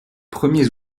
premiers